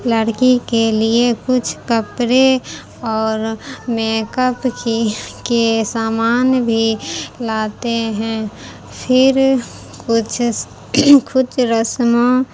لڑکی کے لیے کچھ کپڑے اور میک اپ کی کی کے سامان بھی لاتے ہیں پھر کچھ کچھ رسموں